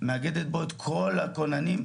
מאגדת בו את כל הכוננים,